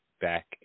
back